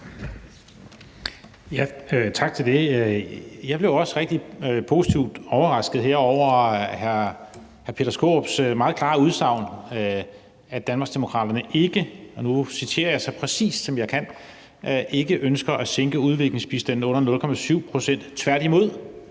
Tak for det. Jeg blev også rigtig positivt overrasket her over hr. Peter Skaarups meget klare udsagn om, at Danmarksdemokraterne – og nu citerer jeg så præcist, som jeg kan – ikke ønsker at sænke udviklingsbistanden under 0,7 pct. Tværtimod,